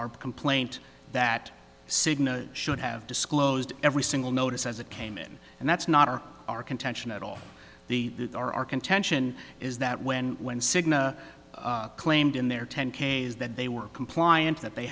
our complaint that cigna should have disclosed every single notice as it came in and that's not our our contention at all they are our contention is that when when cigna claimed in their ten k is that they were compliant that they